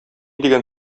дигән